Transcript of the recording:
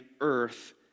earth